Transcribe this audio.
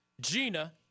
Gina